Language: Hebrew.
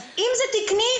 אז אם זה תקני,